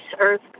earth